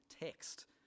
text